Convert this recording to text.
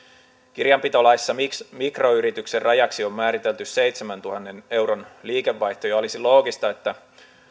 kirjanpitolaissa mikroyrityksen rajaksi on määritelty seitsemänsadantuhannen euron liikevaihto ja olisi loogista että